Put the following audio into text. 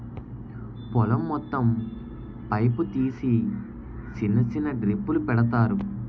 పొలం మొత్తం పైపు తీసి సిన్న సిన్న డ్రిప్పులు పెడతారు